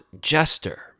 jester